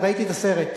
ראיתי את הסרט.